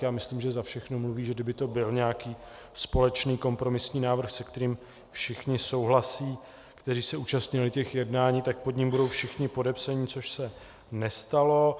Já myslím, že za všechno mluví, že kdyby to byl nějaký společný kompromisní návrh, se kterým souhlasí všichni, kteří se zúčastnili těch jednání, tak pod ním budou všichni podepsaní, což se nestalo.